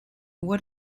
what